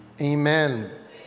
Amen